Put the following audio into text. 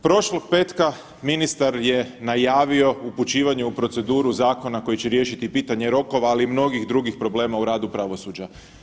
Prošlog petka ministar je najavio upućivanje u proceduru zakona koji će riješiti pitanje rokova, ali i mnogih drugih problema u radu pravosuđa.